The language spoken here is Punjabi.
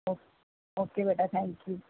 ਓ ਓਕੇ ਬੇਟਾ ਥੈਂਕ ਯੂ